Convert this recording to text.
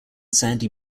sandy